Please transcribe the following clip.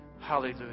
Hallelujah